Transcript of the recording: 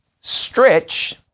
stretch